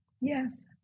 yes